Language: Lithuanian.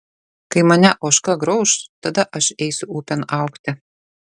kai mane ožka grauš tada aš eisiu upėn augti